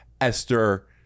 Esther